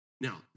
Now